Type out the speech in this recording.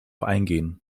eingehen